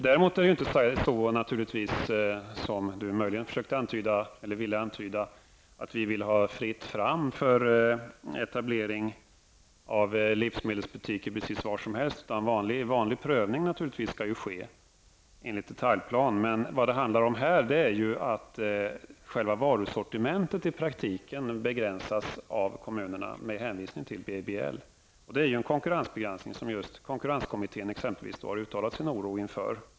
Däremot förhåller det sig naturligtvis inte så, som ni möjligen ville antyda, att vi önskar fritt fram för etablering av livsmedelsbutiker precis var som helst. Vanlig prövning enligt detaljplan måste givetvis ske. Det som det här handlar om är att själva varusortimentet i praktiken begränsas av kommunerna med hänvisning till PBL. Det är en konkurrensbegränsning som exempelvis konkurrenskommittén har uttalat oro över.